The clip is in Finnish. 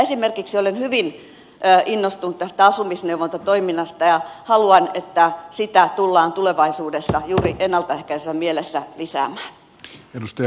esimerkiksi olen hyvin innostunut tästä asumisneuvontatoiminnasta ja haluan että sitä tullaan tulevaisuudessa juuri ennalta ehkäisevässä mielessä lisäämään